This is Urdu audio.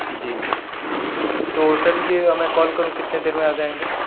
جی تو سر یہ میں کال کروں کتنی دیر میں آ جائیں گے